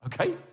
okay